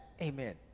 Amen